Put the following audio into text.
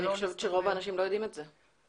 אני חושבת שרוב האנשים לא יודעים את זה.